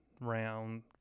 round